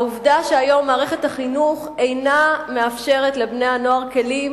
העובדה שהיום מערכת החינוך אינה מאפשרת לבני-הנוער כלים